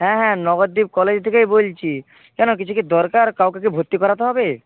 হ্যাঁ হ্যাঁ নবদ্বীপ কলেজ থেকেই বলছি কেন কিছু কি দরকার কাউকে কি ভর্তি করাতে হবে